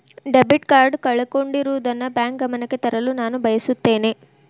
debit card ಕಳೆದುಕೊಂಡಿರುವುದನ್ನು bank ಗಮನಕ್ಕೆ ತರಲು ನಾನು ಬಯಸುತ್ತೇನೆ